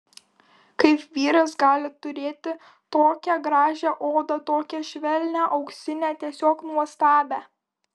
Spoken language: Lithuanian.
kaip vyras gali turėti tokią gražią odą tokią švelnią auksinę tiesiog nuostabią